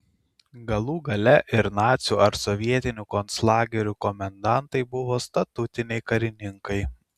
galų gale ir nacių ar sovietinių konclagerių komendantai buvo statutiniai karininkai